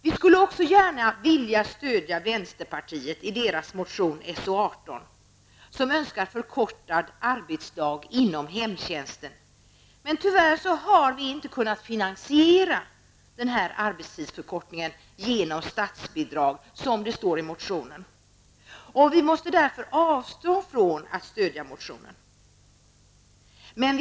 Vi skulle också gärna vilja stödja vänsterpartiets motion So18 där man önskar förkortad arbetsdag inom hemtjänsten, men tyvärr har vi inte kunnat finansiera denna arbetstidsförkortning genom statsbidrag som det står i motionen. Vi måste därför avstå från att stödja motionen.